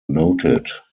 noted